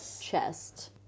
chest